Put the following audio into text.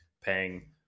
paying